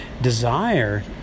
desire